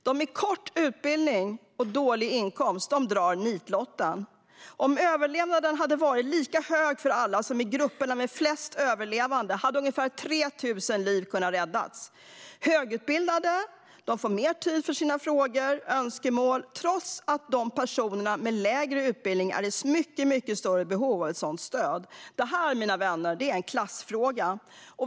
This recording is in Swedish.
De med kort utbildning och låg inkomst drar nitlotten. Om överlevnaden hade varit lika hög för alla som i grupperna med flest överlevande hade ungefär 3 000 liv kunnat räddas. Högutbildade får mer tid för sina frågor och önskemål, trots att personer med lägre utbildning är i mycket större behov av sådant stöd. Detta, mina vänner, är en klassfråga.